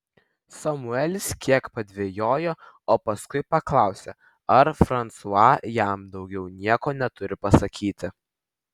samuelis kiek padvejojo o paskui paklausė ar fransua jam daugiau nieko neturi pasakyti